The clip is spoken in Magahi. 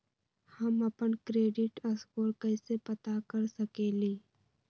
हम अपन क्रेडिट स्कोर कैसे पता कर सकेली?